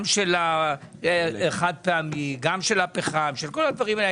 גם של החד-פעמי, גם של הפחם, של כל הדברים האלה.